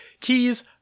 Keys